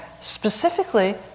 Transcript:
specifically